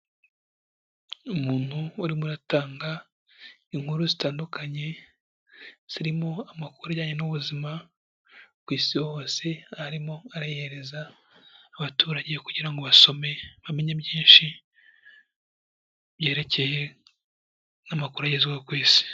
Umuntu urimo atanga inkuru zitandukanye, zirimo amakuru ajyanye n'ubuzima ku isi hose, arimo arayihereza abaturage kugira ngo basome bamenye byinshi byerekeye n'amakuru agezweho ku isi.